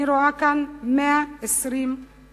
אני רואה כאן 120 חברים,